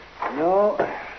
No